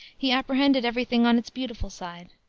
he apprehended every thing on its beautiful side.